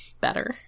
better